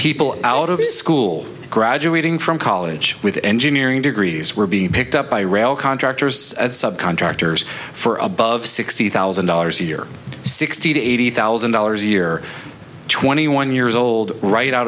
people out of school graduating from college with engineering degrees were being picked up by rail contractors subcontractors for above sixty thousand dollars a year sixty to eighty thousand dollars a year twenty one years old right out